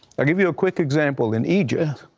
i'll give you a quick example. in egypt,